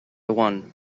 one